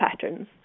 patterns